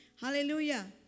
Hallelujah